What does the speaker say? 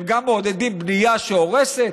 והם גם מעודדים בנייה שהורסת,